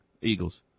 Eagles